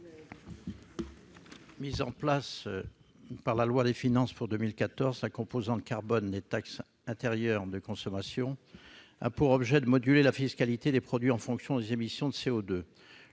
Mise en place par la loi de finances pour 2014, la composante carbone des taxes intérieures de consommation, ou TIC, a pour objet de moduler la fiscalité des produits en fonction des émissions de CO2.